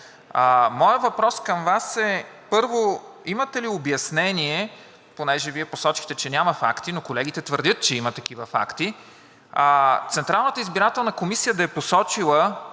Моят въпрос към Вас, първо, е: имате ли обяснение, понеже Вие посочихте, че няма факти, но колегите твърдят, че има такива факти, Централната избирателна комисия да е посочила